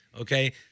Okay